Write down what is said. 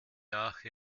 arche